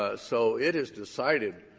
ah so it is decided,